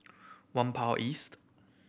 Whampoa East